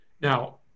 Now